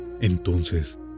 Entonces